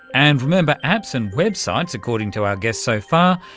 and remember, apps and websites, according to our guests so far,